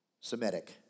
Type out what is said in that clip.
Semitic